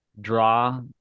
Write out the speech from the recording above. draw